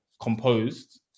composed